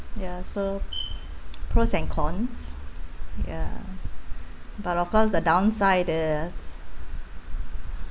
ya so pros and cons ya but of cons the downside is